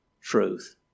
Truth